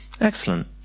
Excellent